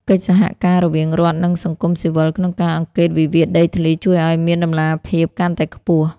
កិច្ចសហការរវាងរដ្ឋ និងសង្គមស៊ីវិលក្នុងការអង្កេតវិវាទដីធ្លី ជួយឱ្យមានតម្លាភាពកាន់តែខ្ពស់។